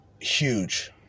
huge